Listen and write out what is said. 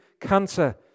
cancer